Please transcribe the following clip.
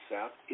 South